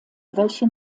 welche